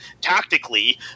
tactically